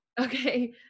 Okay